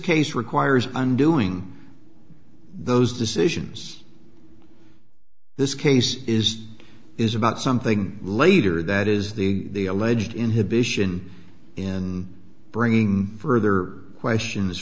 case requires undoing those decisions this case is is about something later that is the alleged inhibition in bringing further questions